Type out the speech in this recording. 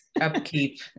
Upkeep